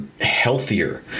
healthier